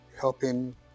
helping